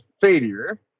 failure